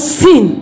sin